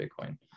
Bitcoin